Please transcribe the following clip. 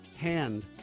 hand